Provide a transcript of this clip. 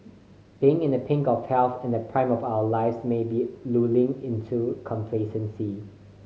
being in the pink of health and the prime of our lives may also be lulling into complacency